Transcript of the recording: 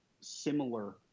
similar –